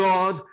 God